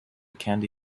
candy